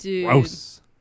gross